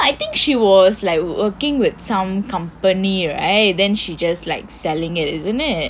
I think she was like working with some company right then she just like selling it isn't it